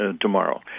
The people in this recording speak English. tomorrow